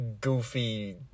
goofy